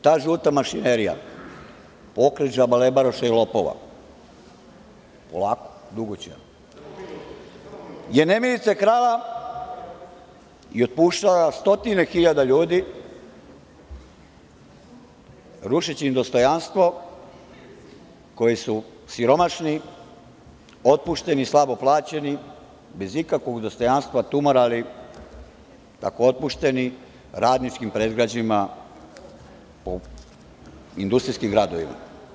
Ta žuta mašinerija, pokret džabalebaroša i lopova je nemilice krala i otpuštala stotine hiljada ljudi rušeći im dostojanstvo koji su siromašni, otpušteni, slabo plaćeni, bez ikakvog dostojanstva tumarali tako otpušteni radničkim predgrađima po industrijskim gradovima.